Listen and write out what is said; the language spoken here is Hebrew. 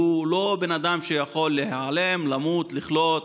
שהוא לא בן אדם שיכול להיעלם, למות, לחלות,